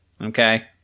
Okay